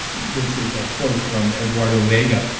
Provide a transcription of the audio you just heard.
this is a quote from eduardo vega,